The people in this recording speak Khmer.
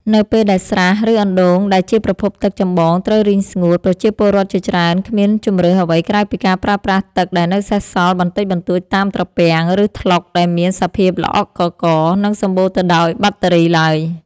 នៅពេលដែលស្រះ ឬអណ្ដូងដែលជាប្រភពទឹកចម្បងត្រូវរីងស្ងួត ប្រជាពលរដ្ឋជាច្រើនគ្មានជម្រើសអ្វីក្រៅពីការប្រើប្រាស់ទឹកដែលនៅសេសសល់បន្តិចបន្តួចតាមត្រពាំង ឬថ្លុកដែលមានសភាពល្អក់កករ និងសំបូរទៅដោយបាក់តេរីឡើយ។